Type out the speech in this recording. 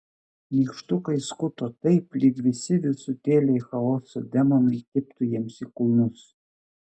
nykštukai skuto taip lyg visi visutėliai chaoso demonai kibtų jiems į kulnus